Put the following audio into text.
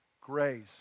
grace